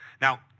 Now